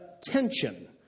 tension